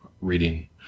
reading